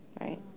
right